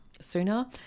sooner